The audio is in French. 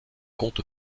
compte